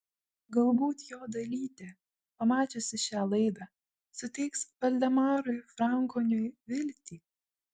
galbūt jo dalytė pamačiusi šią laidą suteiks valdemarui frankoniui viltį